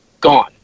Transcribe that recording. gone